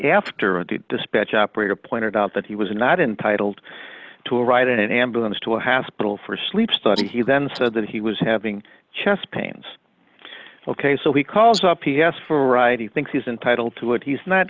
after a dispatch operator pointed out that he was not entitled to a ride in an ambulance to a hospital for sleep study he then said that he was having chest pains ok so he calls up he asked for a ride he thinks he's entitled to it he's not